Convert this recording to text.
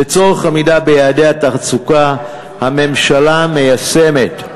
לצורך עמידה ביעדי התעסוקה הממשלה מיישמת,